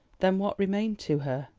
then what remained to her?